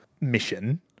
mission